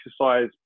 exercise